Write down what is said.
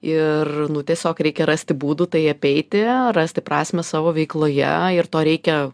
ir nu tiesiog reikia rasti būdų tai apeiti rasti prasmę savo veikloje ir to reikia